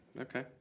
Okay